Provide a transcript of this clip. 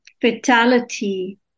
fatality